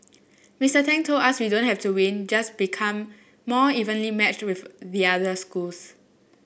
Mister Tang told us we don't have to win just become more evenly matched with the other schools